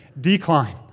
decline